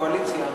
לקואליציה,